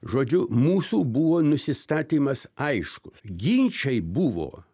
žodžiu mūsų buvo nusistatymas aiškus ginčai buvo